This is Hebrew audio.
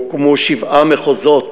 הוקמו שבעה מחוזות